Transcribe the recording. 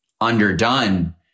underdone